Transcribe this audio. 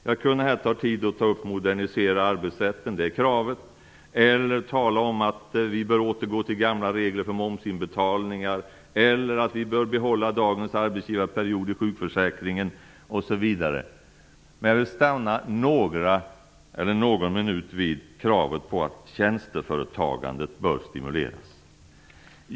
Jag kunde här ta tid med att ta upp kravet på att modernisera arbetsrätten eller tala om att vi bör återgå till gamla regler för momsinbetalningar eller att vi bör behålla dagens arbetsgivarperiod i sjukförsäkringen osv., men jag vill stanna någon minut vid kravet på att tjänsteföretagandet bör stimuleras.